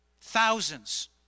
Thousands